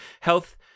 health